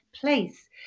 place